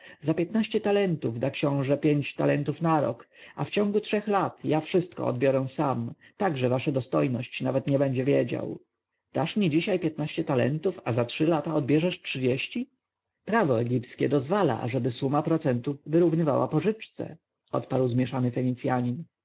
za piętnaście talentów da książę pięć talentów na rok a w ciągu trzech lat ja wszystko odbiorę sam tak że wasza dostojność nawet nie będzie wiedział dasz mi dzisiaj piętnaście talentów a za trzy lata odbierzesz trzydzieści prawo egipskie dozwala ażeby suma procentów wyrównywała pożyczce odparł zmieszany fenicjanin